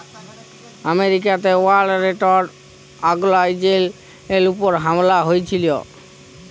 আমেরিকাতে world trade অর্গালাইজেশলের উপর হামলা হঁয়েছিল